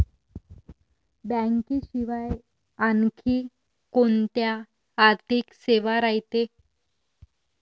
बँकेशिवाय आनखी कोंत्या आर्थिक सेवा रायते?